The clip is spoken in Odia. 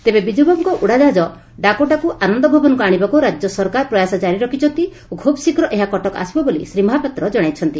ତେବେ ବିଜୁବାବୁଙ୍କ ଉଡ଼ାକାହାଜ ଡାକୋଟାକୁ ଆନନ୍ଦ ଭବନକୁ ଆଶିବାକୁ ରାଜ୍ୟ ସରକାର ପ୍ରୟାସ କାରି ରଖିଛନ୍ତି ଓ ଖୁବ୍ଶୀଘ୍ର ଏହା କଟକ ଆସିବ ବୋଲି ଶ୍ରୀ ମହାପାତ୍ର ଜଣାଇଛନ୍ତି